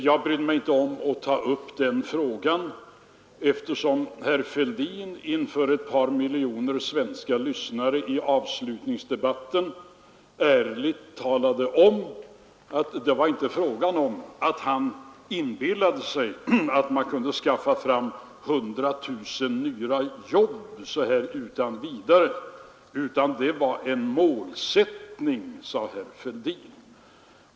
Jag brydde mig inte om att ta upp den frågan, eftersom herr Fälldin inför ett par miljoner svenska lyssnare i avslutningsdebatten under valrörelsen ärligt talade om att det inte var fråga om att han inbillade sig att man kunde skaffa fram 100 000 nya jobb så där utan vidare. Det var en målsättning, sade herr Fälldin.